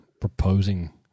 proposing